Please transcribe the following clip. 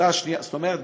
זאת אומרת,